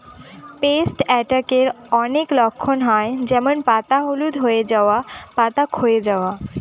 paste অ্যাটাকের অনেক লক্ষণ হয় যেমন পাতা হলুদ হয়ে যাওয়া, পাতা ক্ষয়ে যাওয়া